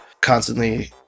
constantly